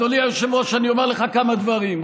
אדוני היושב-ראש, אני אומר לך כמה דברים.